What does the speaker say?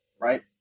right